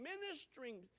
ministering